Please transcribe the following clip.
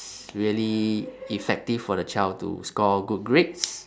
really effective for the child to score good grades